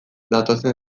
datozen